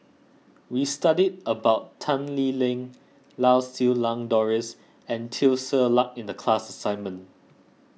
we studied about Tan Lee Leng Lau Siew Lang Doris and Teo Ser Luck in the class assignment